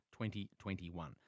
2021